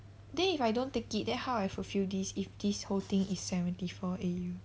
then if I don't take it then how I fulfil this if this whole thing is seventy four A_U